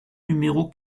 numéro